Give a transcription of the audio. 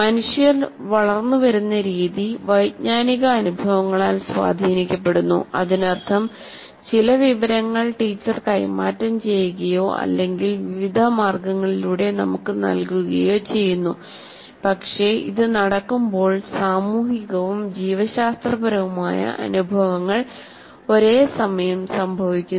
മനുഷ്യർ വളർന്നുവരുന്ന രീതി വൈജ്ഞാനിക അനുഭവങ്ങളാൽ സ്വാധീനിക്കപ്പെടുന്നു അതിനർത്ഥം ചില വിവരങ്ങൾ ടീച്ചർ കൈമാറ്റം ചെയ്യുകയോ അല്ലെങ്കിൽ വിവിധ മാർഗങ്ങളിലൂടെ നമുക്ക് നൽകുകയോ ചെയ്യുന്നു പക്ഷേ ഇത് നടക്കുമ്പോൾ സാമൂഹികവും ജീവശാസ്ത്രപരവുമായ അനുഭവങ്ങൾ ഒരേസമയം സംഭവിക്കുന്നു